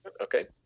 Okay